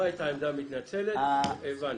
לא היתה עמדה מתנצלת, הבנו.